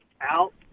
Out